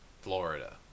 florida